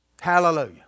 Hallelujah